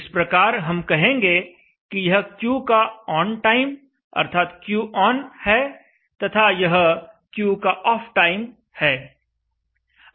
इस प्रकार हम कहेंगे कि यह Q का ऑन टाइम अर्थात QON है तथा यह Q का ऑफ टाइम है